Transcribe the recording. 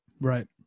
Right